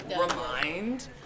remind